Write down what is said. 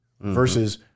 versus